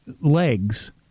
legs